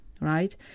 right